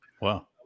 Wow